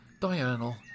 diurnal